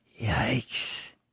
yikes